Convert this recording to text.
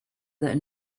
their